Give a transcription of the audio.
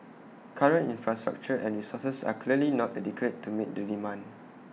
current infrastructure and resources are clearly not adequate to meet the demand